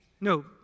No